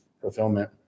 fulfillment